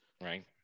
Right